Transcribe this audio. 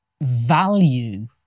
value